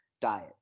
diet